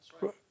right